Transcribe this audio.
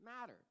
matter